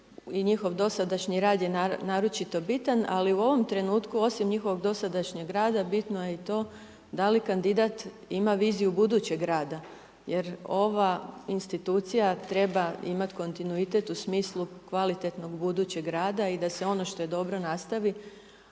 njihov dosadašnji rad je naročito bitan ali u ovom trenutku osim njihovog dosadašnjeg rada bitno je i to da li kandidat ima viziju budućeg rada. Jer ova institucija treba imati kontinuitet u smislu kvalitetnog budućeg rada i da se on što je dobro nastavi